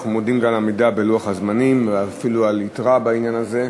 אנחנו מודים על העמידה בלוח הזמנים ואפילו על יתרה בעניין הזה.